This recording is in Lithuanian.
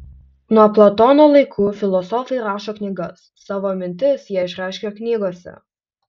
nuo platono laikų filosofai rašo knygas savo mintis jie išreiškia knygose